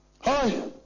Hi